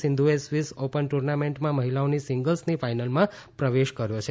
સિંધુએ Swiss open ટ્રર્નામેન્ટમાં મહિલાઓની સિંગ્લસની ફાઈનલમાં પ્રવેશ કર્યો છે